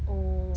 oh